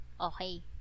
Okay